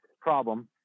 problem